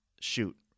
shoot